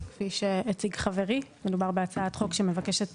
כפי שהציג חברי מדובר בהצעת חוק שמבקשת